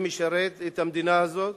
ומשרת את המדינה הזאת.